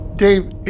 Dave